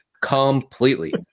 completely